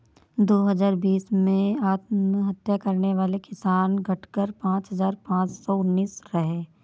दो हजार बीस में आत्महत्या करने वाले किसान, घटकर पांच हजार पांच सौ उनासी रहे